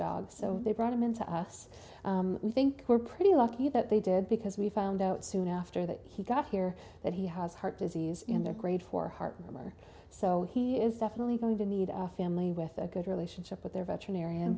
dog so they brought him in to us we think we're pretty lucky that they did because we found out soon after that he got here that he has heart disease in their grade four heart murmur so he is definitely going to need a family with a good relationship with their veterinarian